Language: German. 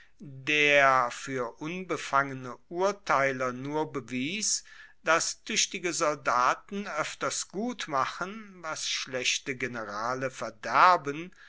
der fuer unbefangene urteiler nur bewies dass tuechtige soldaten oefters gutmachen was schlechte generale verderben